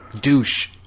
douche